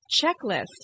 checklist